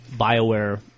Bioware